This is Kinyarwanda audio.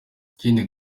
ikindi